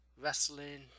Wrestling